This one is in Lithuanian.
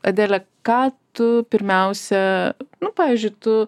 adele ką tu pirmiausia nu pavyzdžiui tu